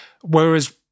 whereas